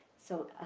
so,